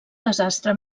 desastre